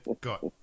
got